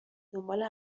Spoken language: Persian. دنبال